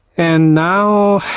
and now,